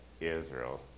Israel